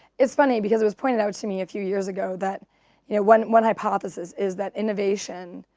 it's funny because it was pointed out to me a few years ago that you know one one hypothesis is that innovation,